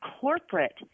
corporate